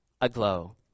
aglow